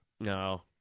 No